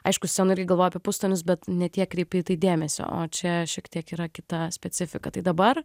aišku scenoj irgi galvoji apie pustonius bet ne tiek kreipti į tai dėmesio o čia šiek tiek yra kita specifika tai dabar